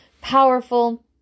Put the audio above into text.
powerful